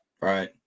Right